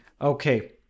Okay